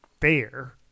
fair